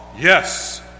yes